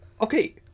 Okay